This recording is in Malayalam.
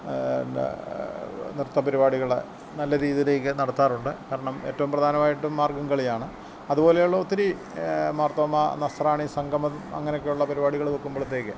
നൃത്ത പരിപാടികൾ നല്ല രീതിയിലേക്കു നടത്താറുണ്ട് കാരണം ഏറ്റവും പ്രധാനമായിട്ടും മാർഗ്ഗം കളിയാണ് അതുപോലെയുള്ള ഒത്തിരി മാർത്തോമാ നസ്രാണി സംഘം അങ്ങനെയൊക്കെയുള്ള പരിപാടികൾ വെക്കുമ്പോഴത്തേക്ക്